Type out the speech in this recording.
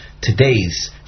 today's